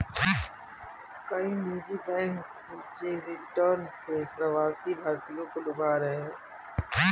कई निजी बैंक ऊंचे रिटर्न से प्रवासी भारतीयों को लुभा रहे हैं